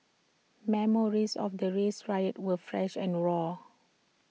memories of the race riots were fresh and raw